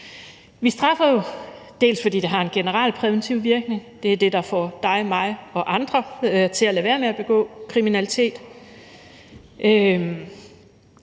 Vi straffer jo, fordi det generelt har en præventiv virkning – det er det, der får dig og mig og andre til at lade være med at begå kriminalitet.